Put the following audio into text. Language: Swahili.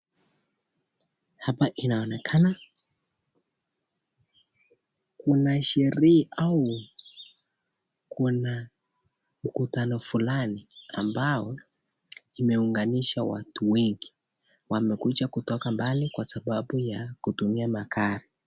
Hapa inaonekana kuna sherehe au kuna mkutano fulani, ambao imeunganisha watu wengi wamekuja kutoka mbali kwa sababu ya kutumia magari.